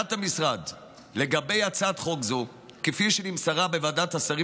עמדת המשרד לגבי הצעת חוק זו כפי שנמסרה בוועדת השרים